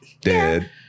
dead